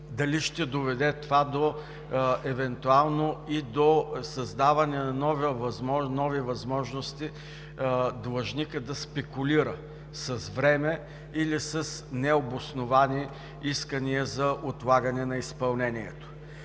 дали ще доведе това евентуално и до създаване на нови възможности длъжникът да спекулира с време или с необосновани искания за отлагане на изпълнението.